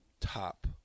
top